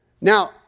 Now